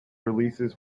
releases